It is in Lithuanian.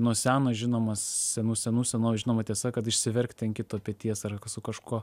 nuo seno žinomas senų senų senovėj žinoma tiesa kad išsiverkti ant kito peties ar su kažkuo